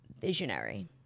visionary